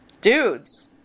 Dudes